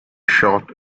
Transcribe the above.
short